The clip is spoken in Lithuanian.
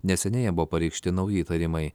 neseniai jam buvo pareikšti nauji įtarimai